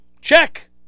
Check